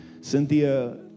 Cynthia